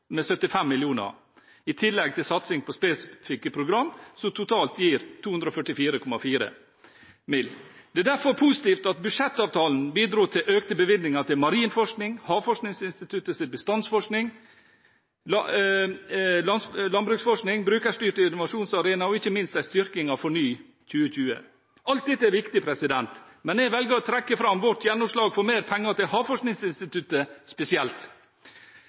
med 75 mill. kr, i tillegg til satsing på spesifikke program som totalt gir 244,4 mill. kr. Det er derfor positivt at budsjettavtalen bidro til økte bevilgninger til marin forskning, Havforskningsinstituttets bestandsforskning, landbruksforskning, Brukerstyrt innovasjonsarena og ikke minst en styrking av FORNY2020. Alt dette er viktig, men jeg velger å trekke fram vårt gjennomslag for mer penger til Havforskningsinstituttet spesielt.